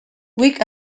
weak